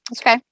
Okay